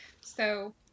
so-